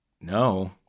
no